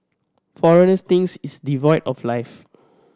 foreigners think it's devoid of life